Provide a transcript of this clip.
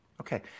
Okay